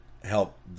help